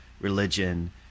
religion